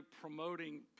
promoting